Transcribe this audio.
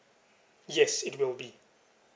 yes it will be